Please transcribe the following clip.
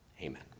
amen